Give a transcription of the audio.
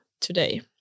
today